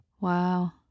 Wow